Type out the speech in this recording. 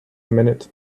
minute